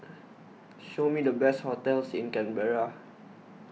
show me the best hotels in Canberra